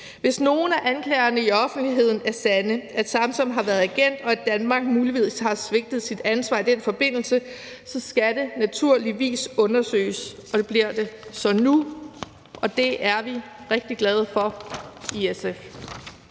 Hvis nogen af anklagerne i offentligheden er sande, at Samsam har været agent, og at Danmark muligvis har svigtet sit ansvar i den forbindelse, skal det naturligvis undersøges. Det bliver det så nu, og det er vi rigtig glade for i SF.